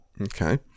Okay